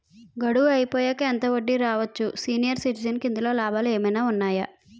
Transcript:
గడువు అయిపోయాక ఎంత వడ్డీ రావచ్చు? సీనియర్ సిటిజెన్ కి ఇందులో లాభాలు ఏమైనా ఉన్నాయా?